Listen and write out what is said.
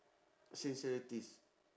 sincerities